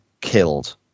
killed